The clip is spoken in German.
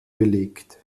belegt